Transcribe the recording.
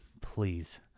please